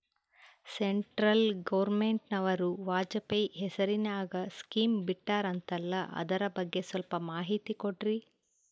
Central ಗವರ್ನಮೆಂಟನವರು ವಾಜಪೇಯಿ ಹೇಸಿರಿನಾಗ್ಯಾ scheme ಬಿಟ್ಟಾರಂತಲ್ಲ ಅದರ ಬಗ್ಗೆ ಸ್ವಲ್ಪ ಮಾಹಿತಿ ಕೊಡ್ರಿ?